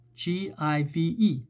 give